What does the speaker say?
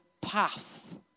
path